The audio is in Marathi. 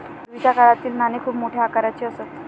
पूर्वीच्या काळातील नाणी खूप मोठ्या आकाराची असत